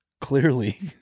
Clearly